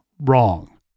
wrong